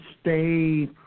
stay